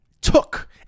took